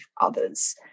others